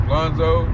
Lonzo